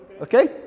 Okay